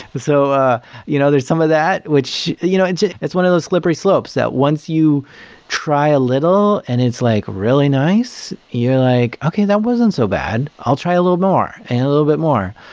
so ah you know there's some of that, which you know it's it's one of those slippery slopes that once you try a little and it's like really nice you're like, okay, that wasn't so bad. i'll try a little more and a little bit more.